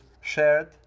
shared